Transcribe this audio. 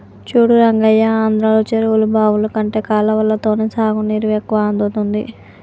చూడు రంగయ్య ఆంధ్రలో చెరువులు బావులు కంటే కాలవలతోనే సాగునీరు ఎక్కువ అందుతుంది